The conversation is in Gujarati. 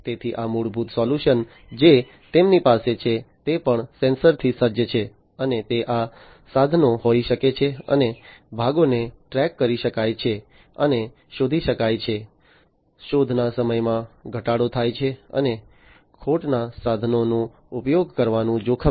તેથી આ મૂળભૂત સોલ્યુશન જે તેમની પાસે છે તે પણ સેન્સર થી સજ્જ છે અને તે આ સાધનો હોઈ શકે છે અને ભાગોને ટ્રેક કરી શકાય છે અને શોધી શકાય છે શોધના સમયમાં ઘટાડો થાય છે અને ખોટા સાધનોનો ઉપયોગ કરવાનું જોખમ છે